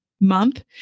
month